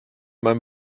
meinem